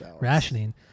Rationing